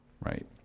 Right